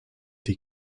die